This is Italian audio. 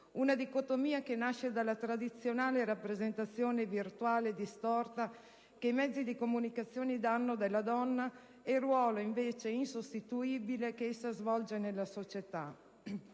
una dicotomia che nasce dalla tradizionale rappresentazione virtuale distorta che i mezzi di comunicazione offrono della donna rispetto al ruolo insostituibile che essa svolge nella società.